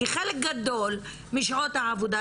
כי חלק גדול משעות העבודה,